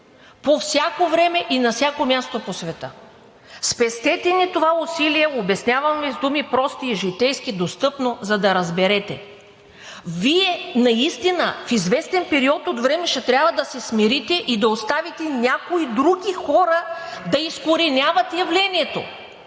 по всяко време и на всяко място по света. Спестете ни това усилие. Обяснявам Ви с думи прости и житейски, достъпно, за да разберете. Вие наистина в известен период от време ще трябва да се смирите и да оставите някои други хора да изкореняват явлението.